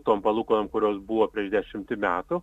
tom palūkanom kurios buvo prieš dešimtį metų